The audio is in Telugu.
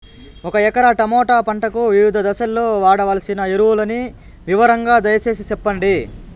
ఒక ఎకరా టమోటా పంటకు వివిధ దశల్లో వాడవలసిన ఎరువులని వివరంగా దయ సేసి చెప్పండి?